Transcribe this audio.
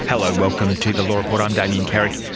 hello, welcome to the law report, i'm damien carrick.